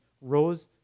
rose